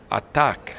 attack